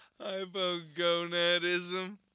Hypogonadism